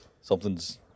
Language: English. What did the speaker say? something's